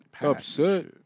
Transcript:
Upset